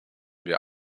wir